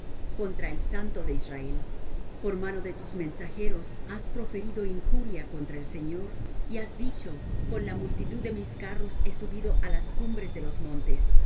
contra el santo de israel por mano de tus mensajeros has proferido injuria contra el señor y has dicho con la multitud de mis carros he subido á las cumbres de los montes